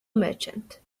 merchant